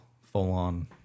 full-on